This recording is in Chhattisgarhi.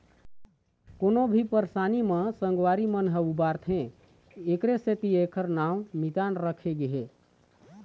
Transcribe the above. कोनो भी परसानी म संगवारी मन ह उबारथे एखरे सेती एखर नांव मितान राखे गे हे